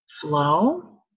flow